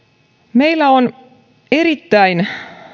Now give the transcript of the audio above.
meillä on ollut erittäin